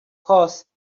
course